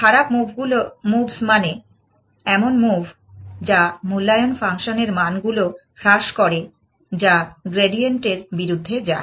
খারাপ মুভস মানে এমন মুভ যা মূল্যায়ন ফাংশনের মানগুলো হ্রাস করে যা গ্রেডিয়েন্ট এর বিরুদ্ধে যায়